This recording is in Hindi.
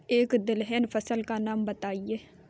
एक दलहन फसल का नाम बताइये